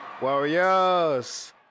warriors